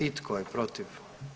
I tko je protiv?